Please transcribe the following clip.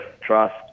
trust